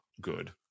good